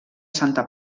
santa